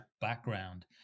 background